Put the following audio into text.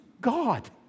God